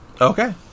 okay